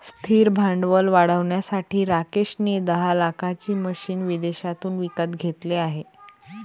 स्थिर भांडवल वाढवण्यासाठी राकेश ने दहा लाखाची मशीने विदेशातून विकत घेतले आहे